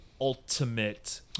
ultimate